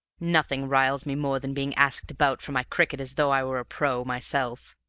nothing riles me more than being asked about for my cricket as though i were a pro. myself.